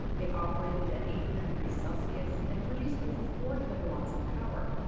it operated at eight hundred degrees celsius and produced over four kilowatts of power.